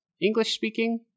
English-speaking